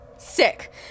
Sick